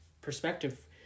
perspective